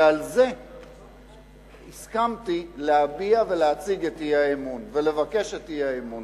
ועל זה הסכמתי להביע ולהציג את האי-אמון ולבקש את האי-אמון.